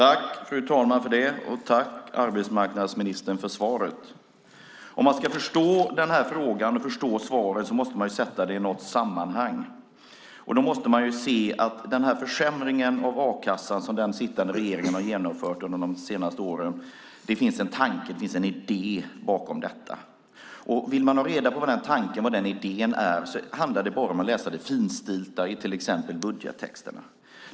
Fru talman! Om man ska förstå den här frågan och svaret måste man sätta dem i något sammanhang. Då måste man se att det finns en tanke och en idé bakom den försämring av a-kassan som den sittande regeringen har genomfört under de senaste åren. Vill man ha reda på vad den tanken och idén är handlar det bara om att läsa det finstilta i till exempel budgettexterna.